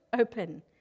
open